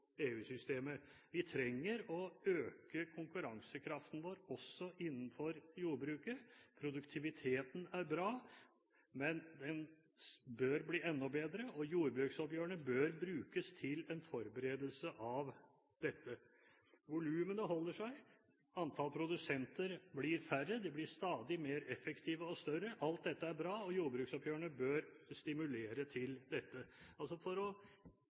Vi trenger å øke konkurransekraften vår også innenfor jordbruket. Produktiviteten er bra, men den bør bli enda bedre. Jordbruksoppgjørene bør brukes til en forberedelse av dette. Volumene holder seg, antall produsenter blir færre – de blir stadig mer effektive og større. Alt dette er bra, og jordbruksoppgjørene bør stimulere til dette. Altså – for å